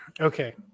okay